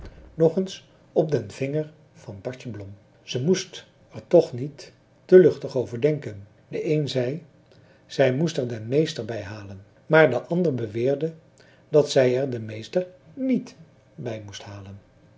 nog eens op den vinger van bartje blom zij moest er toch niet te luchtig over denken de een zei zij moest er den meester bij halen maar de ander beweerde dat zij er den meester niet bij moest halen